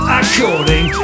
according